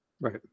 right